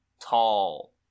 tall